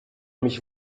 mich